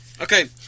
Okay